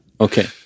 Okay